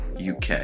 UK